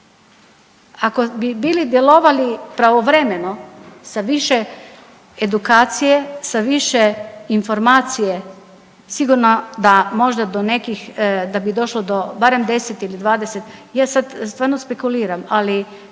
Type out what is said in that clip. Ako bi bili djelovali pravovremeno sa više edukcije, sa više informacije sigurno da bi došlo do nekih da bi došlo do barem 10 ili 20, ja sad stvarno spekuliram, ali